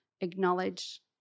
acknowledge